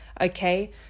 Okay